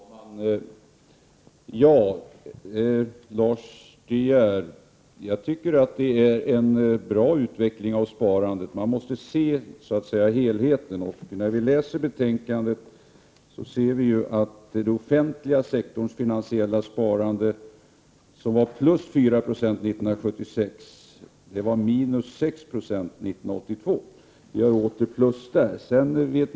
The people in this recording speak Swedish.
Herr talman! Lars De Geer, jag tycker att det är en bra utveckling av sparandet. Man måste se till helheten. När vi läser betänkandet finner vi att den offentliga sektorns finansiella sparande var plus 4 960 år 1976 och minus 6 90 år 1982. Nu har vi åter plus på det området.